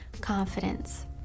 confidence